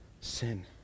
sin